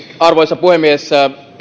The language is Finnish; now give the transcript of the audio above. arvoisa puhemies